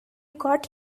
got